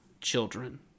children